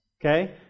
okay